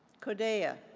kodea,